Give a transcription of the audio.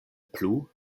plu